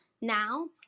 now